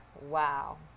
Wow